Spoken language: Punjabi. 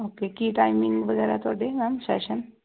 ਓਕੇ ਕੀ ਟਾਈਮਿੰਗ ਵਗੈਰਾ ਤੁਹਾਡੇ ਮੈਮ ਸ਼ੈਸ਼ਨ